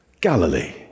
Galilee